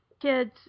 Kids